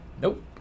Nope